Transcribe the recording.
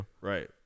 right